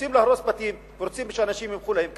רוצים להרוס בתים ורוצים שאנשים ימחאו להם כף.